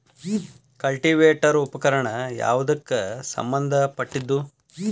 Cultivator ಉಪಕರಣ ಯಾವದಕ್ಕ ಸಂಬಂಧ ಪಟ್ಟಿದ್ದು?